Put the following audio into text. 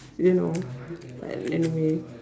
you know but anyway